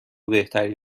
بهتری